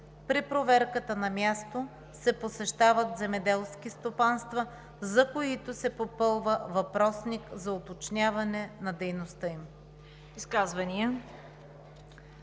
При проверката на място се посещават земеделски стопанства, за които се попълва въпросник за уточняване на дейността им.“